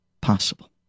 possible